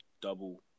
double